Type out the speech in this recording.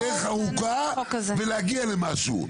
לדרך ארוכה ולהגיע למשהו.